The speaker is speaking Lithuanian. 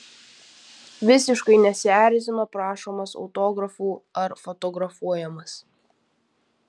visiškai nesierzino prašomas autografų ar fotografuojamas